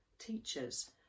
teachers